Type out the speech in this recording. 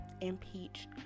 impeached